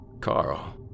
Carl